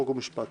חוק ומשפט.